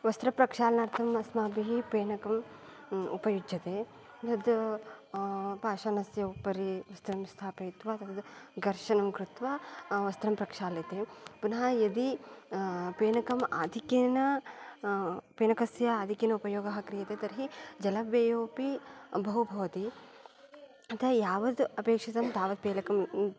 वस्त्रप्रक्षालनार्थम् अस्माभिः फेनकं उपयुज्यते तद् पाषाणस्य उपरि वस्त्रं स्थापयित्वा तद् घर्षणं कृत्वा वस्त्रं प्रक्षाल्यते पुनः यदि फेनकम् आधिक्येन फेनकस्य आधिक्येन उपयोगः क्रियते तर्हि जलव्ययोपि बहु भवति अतः यावद् अपेक्षितं तावत् फेनकं